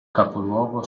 capoluogo